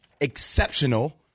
exceptional